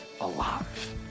alive